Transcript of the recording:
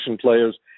players